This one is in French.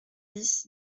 dix